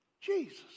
Jesus